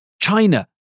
China